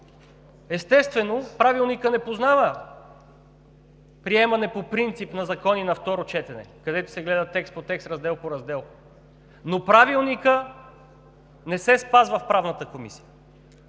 Естествено, Правилникът не познава приемане по принцип на закони на второ четене, където се гледа текст по текст, раздел по раздел, но в Правната комисия